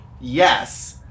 yes